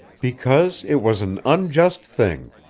because it was an unjust thing.